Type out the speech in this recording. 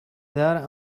there